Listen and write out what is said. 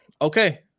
Okay